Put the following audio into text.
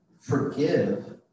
Forgive